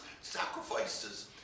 sacrifices